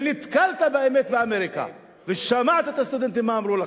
ונתקלת באמת באמריקה, ושמעת מה הסטודנטים אמרו לך,